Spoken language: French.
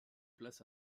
place